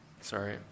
sorry